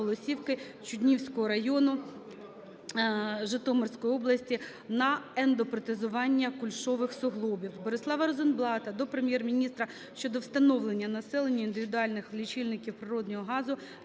Чуднівського району Житомирської області на ендопротезування кульшових суглобів. Борислава Розенблата до Прем'єр-міністра щодо встановлення населенню індивідуальних лічильників природного газу